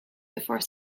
before